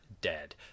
dead